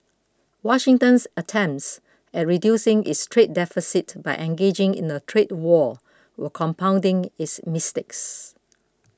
Washington's attempts at reducing its trade deficit by engaging in a trade war were compounding its mistakes